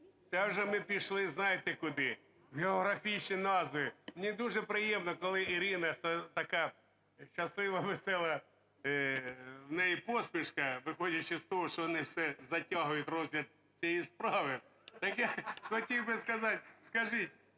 це вже ми пішли, знаєте, куди? В географічні назви. Не дуже приємно, коли Ірина, така щаслива, весела у неї посмішка, виходячи з того, що вони все затягують розгляд цієї справи. Так я хотів би сказати, скажіть,